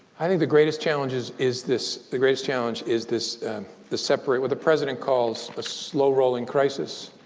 i think the greatest challenge is is this. the greatest challenge is this the separate what the president calls a slow rolling crisis.